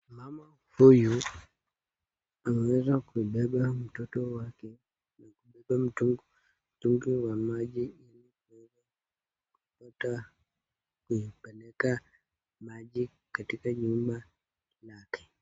Mama huyu ameweza kumbeba mtoto wake na kubeba mtugi wa maji labda kupeleka maji katika nyumba yake.